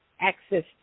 access